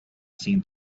seen